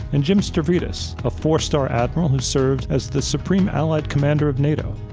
and jim stavridis, a four star admiral who served as the supreme allied commander of nato.